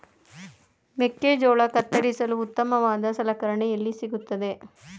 ಮೆಕ್ಕೆಜೋಳ ಕತ್ತರಿಸಲು ಉತ್ತಮವಾದ ಸಲಕರಣೆ ಎಲ್ಲಿ ಸಿಗುತ್ತದೆ?